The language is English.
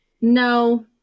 no